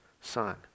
son